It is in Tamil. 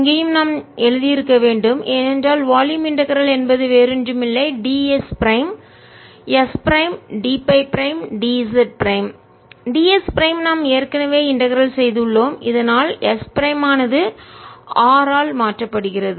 இங்கேயும் நான் எழுதியிருக்க வேண்டும் ஏனென்றால் வால்யும் இன்டகரல் என்பது வேறு ஒன்றும் இல்லை ds prime s prime dΦ prime dz prime ds prime நாம் ஏற்கனவே இன்டகரல் ஒருங்கிணைத்து செய்து உள்ளோம் இதனால் s பிரைம் மானது r ஆல் மாற்றப்படுகிறது